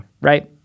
Right